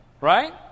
Right